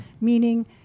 Meaning